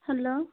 hello